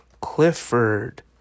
Clifford